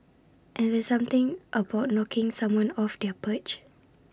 and there's something about knocking someone off their perch